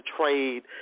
trade